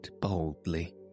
boldly